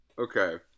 Okay